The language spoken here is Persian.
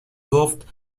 گفت